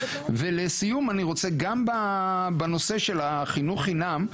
ולסיום אני רוצה גם בנושא של החינוך חינם,